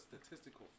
statistical